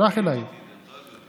קיבלתי את זה ממישהו.